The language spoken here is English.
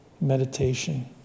meditation